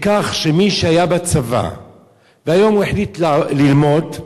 בכך שמי שהיה בצבא והיום הוא החליט ללמוד,